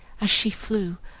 as she flew,